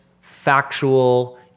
factual